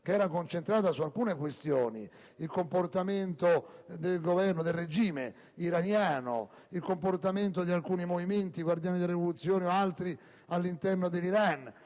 essa era incentrata su alcune questioni: il comportamento del regime iraniano; il comportamento di alcuni movimenti (Guardiani della rivoluzione ed altri) all'interno dell'Iran;